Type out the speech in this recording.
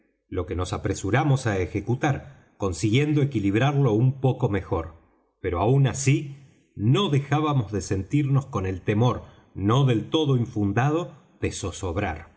lo que nos apresuramos á ejecutar consiguiendo equilibrarlo un poco mejor pero aun así no dejábamos de sentirnos con el temor no del todo infundado de zozabrar